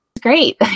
great